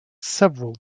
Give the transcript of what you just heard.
several